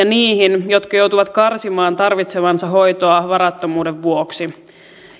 niihin jotka joutuvat karsimaan tarvitsemaansa hoitoa varattomuuden vuoksi